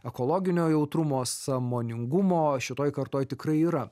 ekologinio jautrumo sąmoningumo šitoj kartoj tikrai yra